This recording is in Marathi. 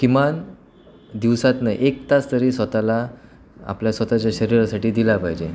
किमान दिवसातनं एक तास तरी स्वतःला आपल्या स्वतःच्या शरीरासाठी दिला पाहिजे